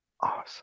awesome